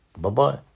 Bye-bye